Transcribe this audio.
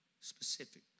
Specific